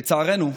לצערנו,